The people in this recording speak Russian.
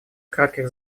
кратких